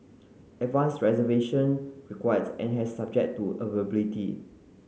advanced reservation required and had subject to availability